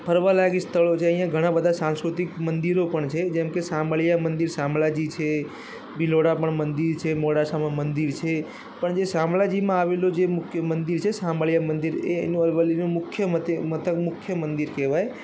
ફરવાલાયક સ્થળો અહીંયા ઘણા બધા સાંસ્કૃતિક મંદિરો પણ છે જેમ કે શામળીયા મંદિર શામળાજી છે ભિલોડા પણ મંદિર છે મોડાસામાં મંદિર છે પણ જે શામળાજીમાં આવેલું મુખ્ય મંદિર છે શામળીયા મંદિર એ એનું અરવલ્લીનું મુખ્ય મથ મુખ્ય મંદિર કહેવાય